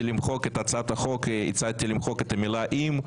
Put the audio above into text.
למחוק את הצעת החוק הצעתי למחוק את המילה 'אם',